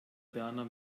berner